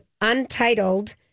untitled